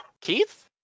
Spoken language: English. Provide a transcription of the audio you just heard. Keith